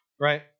right